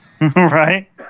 Right